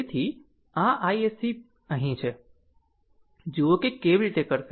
તેથી આ iSC અહીં છે જુઓ કે કેવી રીતે કરશે